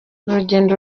urugendo